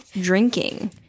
drinking